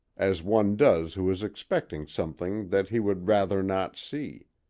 as one does who is expecting something that he would rather not see.